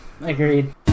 agreed